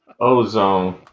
ozone